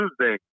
Tuesday